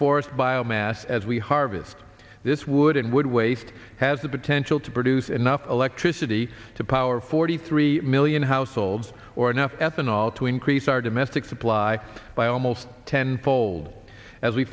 force biomass as we harvest this wood and wood waste has the potential to produce enough electricity to power forty three million households or enough ethanol to increase our domestic supply by almost ten fold as we